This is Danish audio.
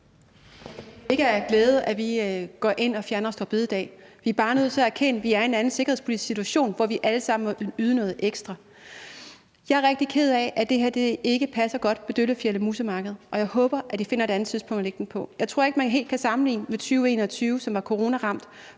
Elholm): Det er ikke med glæde, at vi går ind og fjerner store bededag. Vi er bare nødt til at erkende, at vi er i en anden sikkerhedspolitisk situation, hvor vi alle sammen må yde noget ekstra. Jeg er rigtig ked af, at det her ikke passer godt for Døllefjelde-Musse Marked, og jeg håber, at de finder et andet tidspunkt at lægge det på. Jeg tror ikke, man helt kan sammenligne med 2021, som var coronaramt,